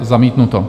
Zamítnuto.